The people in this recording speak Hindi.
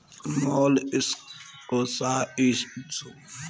मोलस्किसाइड्स की बिक्री करने के लिए कहीं तरह की शर्तें लागू होती है